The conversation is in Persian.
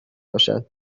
باشد